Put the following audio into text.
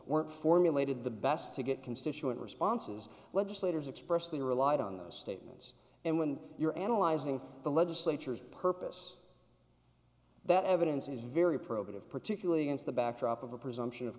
weren't formulated the best to get constituent responses legislators expressed they relied on those statements and when you're analyzing the legislature's purpose that evidence is very probative particularly against the backdrop of a presumption of